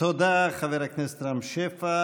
תודה לחבר הכנסת רם שפע.